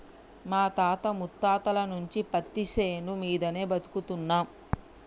మా తాత ముత్తాతల నుంచి పత్తిశేను మీదనే బతుకుతున్నం